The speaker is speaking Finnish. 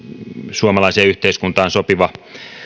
suomalaiseen yhteiskuntaan sopiva